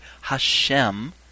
hashem